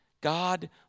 God